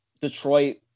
Detroit